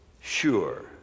sure